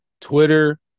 Twitter